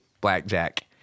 blackjack